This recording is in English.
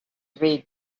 read